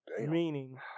Meaning